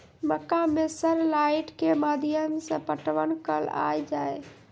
मक्का मैं sir light के माध्यम से पटवन कल आ जाए?